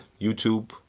YouTube